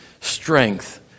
strength